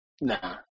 No